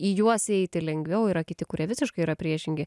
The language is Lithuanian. į juos įeiti lengviau yra kiti kurie visiškai yra priešingi